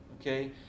okay